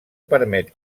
permet